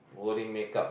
holy make up